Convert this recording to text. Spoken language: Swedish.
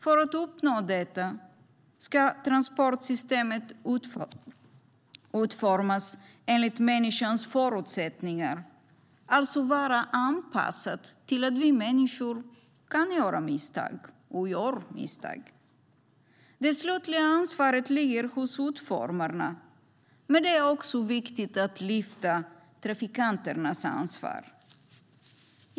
För att uppnå detta ska transportsystemet utformas enligt människans förutsättningar, alltså vara anpassad till att vi människor kan göra misstag och gör misstag. Det slutliga ansvaret ligger hos utformarna, men det är också viktigt att lyfta fram trafikanternas ansvar.